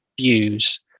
views